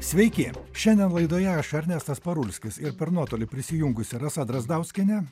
sveiki šiandien laidoje aš ernestas parulskis ir per nuotolį prisijungusia rasa drazdauskienė